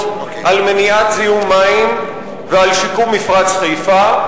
על מניעת זיהום מים ועל שיקום מפרץ חיפה,